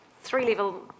three-level